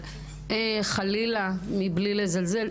חלילה מבלי לזלזל,